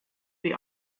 the